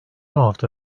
hafta